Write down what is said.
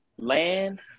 land